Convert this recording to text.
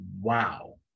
wow